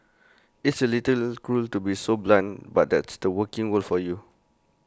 it's A little cruel to be so blunt but that's the working world for you